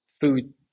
food